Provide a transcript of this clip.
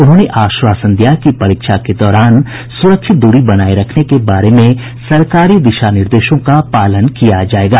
उन्होंने आश्वासन दिया कि परीक्षा के दौरान सुरक्षित दूरी बनाए रखने के बारे में सरकारी दिशानिर्देशों का पालन किया जाएगा